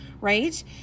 right